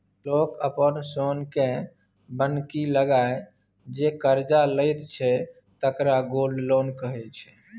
लोक अपन सोनकेँ बन्हकी लगाए जे करजा लैत छै तकरा गोल्ड लोन कहै छै